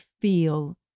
feel